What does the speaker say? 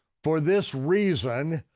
for this reason,